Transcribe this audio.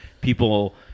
people